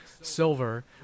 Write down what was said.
Silver